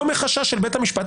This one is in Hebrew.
לא מחשש של בית המשפט,